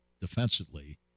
defensively